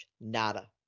Nada